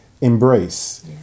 embrace